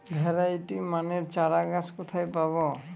Variety মানের চারাগাছ কোথায় পাবো?